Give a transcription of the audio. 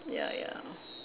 ya ya